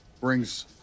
brings